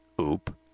Oop